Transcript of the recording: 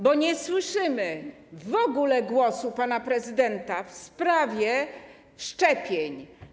Bo nie słyszymy w ogóle głosu pana prezydenta w sprawie szczepień.